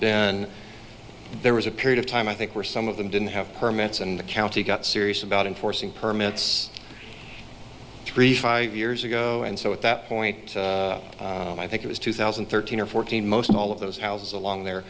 been there was a period of time i think were some of them didn't have permits and the county got serious about enforcing permits three five years ago and so at that point i think it was two thousand and thirteen or fourteen most of all of those houses along there